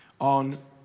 On